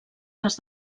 les